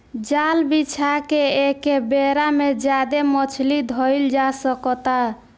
जाल बिछा के एके बेरा में ज्यादे मछली धईल जा सकता